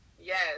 yes